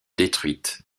détruites